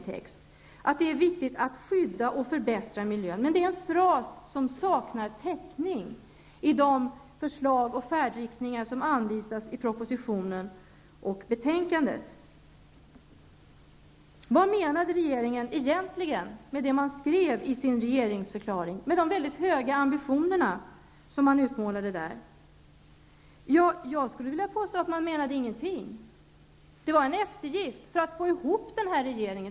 Det sägs att det är viktigt att skydda och förbättra miljön. Det är dock en fras som saknar täckning i de förslag och färdriktningar som anvisas i propositionen och betänkandet. Vad menade regeringen egentligen med det som den skrev i sin regeringsförklaring, där man utmålade höga ambitioner? Jag skulle vilja påstå att man inte menade någonting. Det var en eftergift för att få ihop den här regeringen.